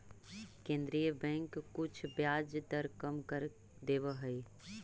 केन्द्रीय बैंक कुछ ब्याज दर कम कर देवऽ हइ